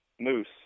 Moose